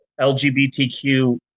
LGBTQ